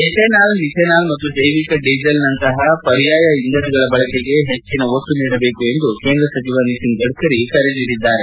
ethanol methanol ಮತ್ತು ಜೈವಿಕ ಡೀಸೆಲ್ನಂತಹ ಪರ್ಯಾಯ ಇಂಧನಗಳ ಬಳಕೆಗೆ ಹೆಚ್ಚಿನ ಒತ್ತು ನೀಡಬೇಕು ಎಂದು ಕೇಂದ್ರ ಸಚಿವ ನಿತಿನ್ ಗಡ್ಕರಿ ಕರೆ ನೀಡಿದ್ದಾರೆ